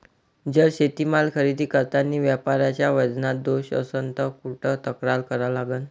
जर शेतीमाल खरेदी करतांनी व्यापाऱ्याच्या वजनात दोष असन त कुठ तक्रार करा लागन?